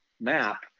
map